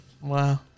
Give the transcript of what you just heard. Wow